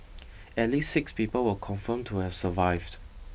at least six people were confirmed to have survived